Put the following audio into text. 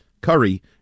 Curry